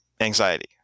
anxiety